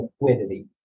liquidity